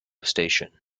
station